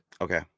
okay